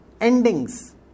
endings